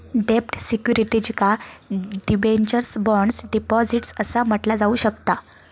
डेब्ट सिक्युरिटीजका debentures, bonds, deposits असा म्हटला जाऊ शकता